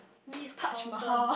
Ritz-Carlton